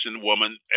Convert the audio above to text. woman